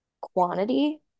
quantity